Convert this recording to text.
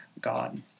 God